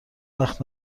وقت